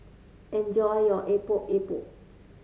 enjoy your Epok Epok